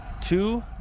Two